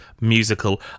Musical